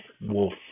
Wolf